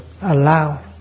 allow